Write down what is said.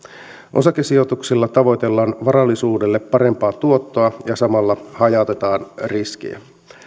osakesijoituksilla tavoitellaan varallisuudelle parempaa tuottoa ja samalla hajautetaan riskejä